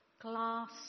glass